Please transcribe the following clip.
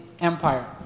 empire